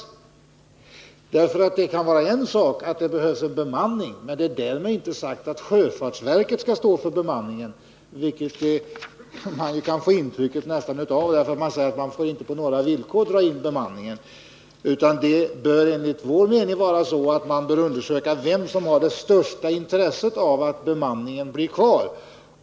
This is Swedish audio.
Att bemanning behövs innebär inte att sjöfartsverket skall stå för bemanningen, vilket man nästan får intrycket av när det sägs att man inte på några villkor får dra in bemanningen. Enligt vår mening bör man undersöka vem som har det största intresset av att bemanningen är kvar.